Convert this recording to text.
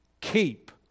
keep